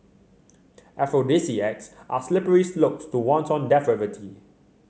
aphrodisiacs are slippery slopes to wanton depravity